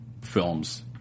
films